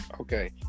Okay